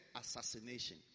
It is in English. assassination